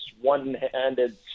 one-handed